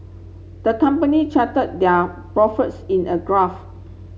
the company charted they are profits in a graph